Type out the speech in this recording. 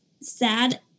sad